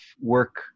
work